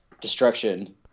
destruction